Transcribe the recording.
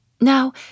Now